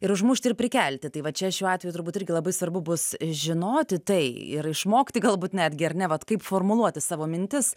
ir užmušti ir prikelti tai va čia šiuo atveju turbūt irgi labai svarbu bus žinoti tai ir išmokti galbūt netgi ar ne vat kaip formuluoti savo mintis